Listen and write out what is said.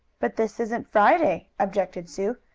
but this isn't friday, objected sue.